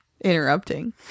interrupting